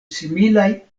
similaj